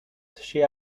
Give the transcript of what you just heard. she